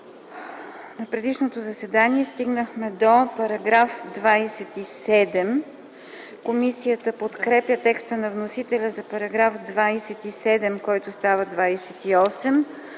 на предишното заседание стигнахме до § 27. Комисията подкрепя текста на вносителя за § 27, който става §